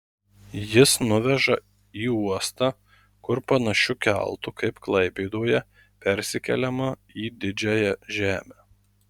jis nuveža į uostą kur panašiu keltu kaip klaipėdoje persikeliama į didžiąją žemę